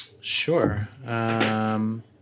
Sure